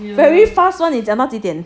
very fast 你讲到几点